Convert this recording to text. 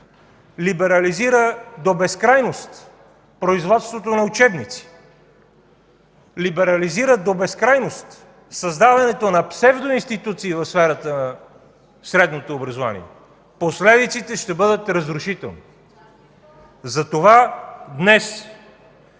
либерализира до безкрайност производството на учебници, либерализира до безкрайност създаването на псевдоинституции в сферата на средното образование, последиците ще бъдат разрушителни. МИЛЕНА